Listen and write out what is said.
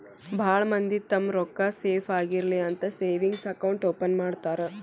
ಭಾಳ್ ಮಂದಿ ತಮ್ಮ್ ರೊಕ್ಕಾ ಸೇಫ್ ಆಗಿರ್ಲಿ ಅಂತ ಸೇವಿಂಗ್ಸ್ ಅಕೌಂಟ್ ಓಪನ್ ಮಾಡ್ತಾರಾ